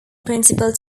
principle